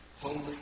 holy